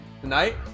Tonight